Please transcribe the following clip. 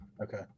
Okay